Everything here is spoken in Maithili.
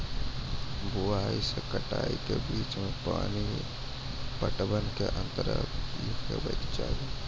बुआई से कटाई के बीच मे पानि पटबनक अन्तराल की हेबाक चाही?